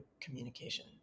communication